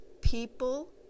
people